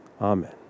Amen